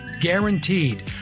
Guaranteed